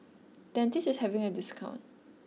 Dentiste is having a discount